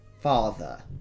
father